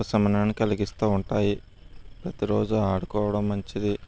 ఉపశమనాన్ని కలిగిస్తూ ఉంటాయి ప్రతిరోజు ఆడుకోవడం మంచిది